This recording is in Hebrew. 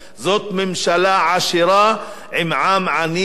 זאת ממשלה עשירה עם עם עני,